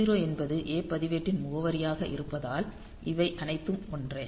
e0 என்பது A பதிவேட்டின் முகவரியாக இருப்பதால் இவை அனைத்தும் ஒன்றே